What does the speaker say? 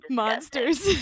monsters